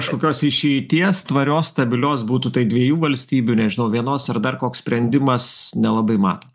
kažkokios išeities tvarios stabilios būtų tai dviejų valstybių nežinau vienos ar dar koks sprendimas nelabai matot